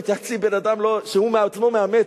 אני התייעצתי עם בן-אדם שהוא בעצמו מאמץ,